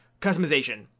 customization